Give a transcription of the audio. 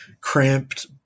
cramped